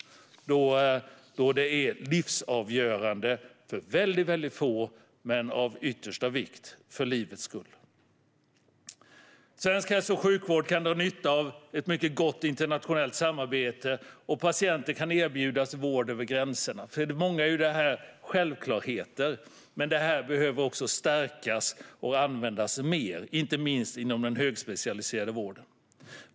Det är livsavgörande för väldigt få men av yttersta vikt för livets skull. Svensk hälso och sjukvård kan dra nytta av ett mycket gott internationellt samarbete. Patienter kan erbjudas vård över gränserna. För många är det här självklarheter. Men det här behöver också stärkas och användas mer, inte minst inom den högspecialiserade vården.